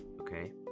okay